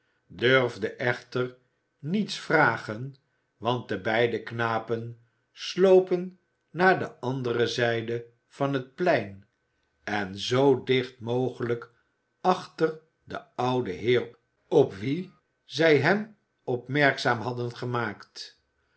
durfde echter niets vragen want de beide knapen slopen naar de andere zijde van het plein en zoo dicht mogelijk achter den ouden heer op wien zij hem opmerkzaam hadden gemaakt